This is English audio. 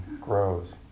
grows